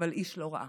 אבל איש לא ראה.